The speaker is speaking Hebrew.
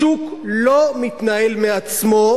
השוק לא מתנהל מעצמו,